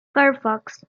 firefox